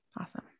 Awesome